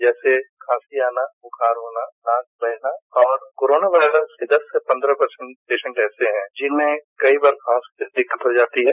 जैसे खांसी आना बुखार होना नाक बहना और कोरोना वायरस के दस से पन्द्रह पर्सेट पेसेंट ऐसे हैं जिनमें कई बार सांस की दिक्कत हो जाती है